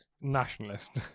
nationalist